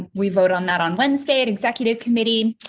we vote on that on wednesday and executive committee.